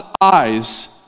eyes